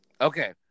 Okay